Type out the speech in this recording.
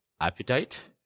appetite